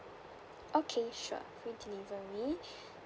okay sure free delivery